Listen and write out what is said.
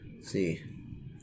see